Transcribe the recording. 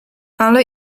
ale